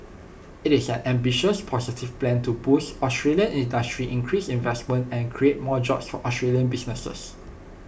IT is an ambitious positive plan to boost Australian industry increase investment and create more jobs for Australian businesses